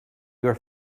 your